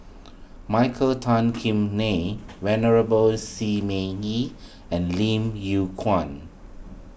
Michael Tan Kim Nei Venerable Shi Ming Yi and Lim Yew Kuan